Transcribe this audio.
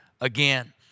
again